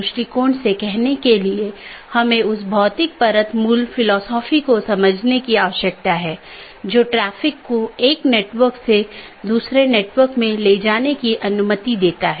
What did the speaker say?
BGP या border gateway protocol बाहरी routing protocol है जो ऑटॉनमस सिस्टमों के पार पैकेट को सही तरीके से रूट करने में मदद करता है